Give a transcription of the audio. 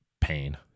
pain